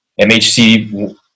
MHC